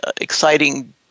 exciting